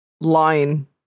line